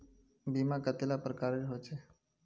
बीमा कतेला प्रकारेर होचे?